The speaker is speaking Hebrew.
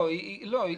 לא,